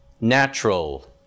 natural